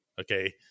Okay